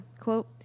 Quote